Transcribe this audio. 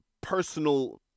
personal